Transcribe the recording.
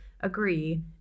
agree